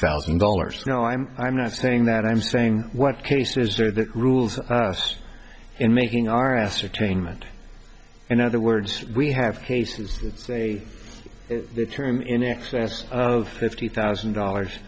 thousand dollars you know i'm i'm not saying that i'm saying what cases are the rules in making our ascertainment in other words we have cases it's a term in excess of fifty thousand dollars